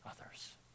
others